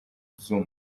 zuma